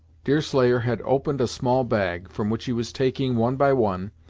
deerslayer had opened a small bag, from which he was taking, one by one,